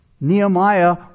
Nehemiah